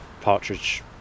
partridge